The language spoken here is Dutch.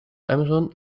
amazon